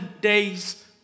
days